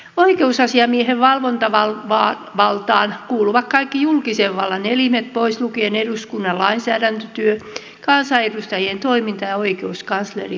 oikeusasiamiehen valvontavaltaan kuuluvat kaikki julkisen vallan elimet pois lukien eduskunnan lainsäädäntötyö kansanedustajien toiminta ja oikeuskanslerin virkatoimet